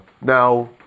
Now